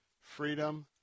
freedom